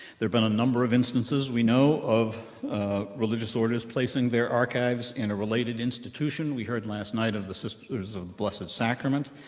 there have been a number of instances, we know, of religious orders placing their archives in a related institution. we heard last night of the sisters of blessed sacrament,